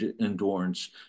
endurance